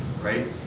right